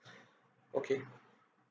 okay